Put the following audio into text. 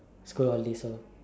school holidays so